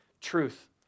truth